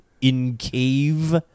in-cave